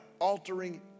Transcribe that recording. altering